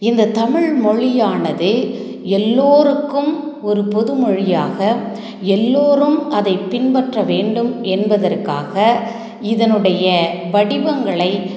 இந்த தமிழ்மொழியானது எல்லோருக்கும் ஒரு பொதுமொழியாக எல்லோரும் அதை பின்பற்ற வேண்டும் என்பதற்காக இதனுடைய வடிவங்களை